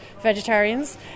vegetarians